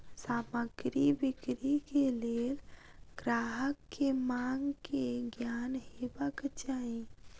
सामग्री बिक्री के लेल ग्राहक के मांग के ज्ञान हेबाक चाही